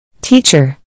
Teacher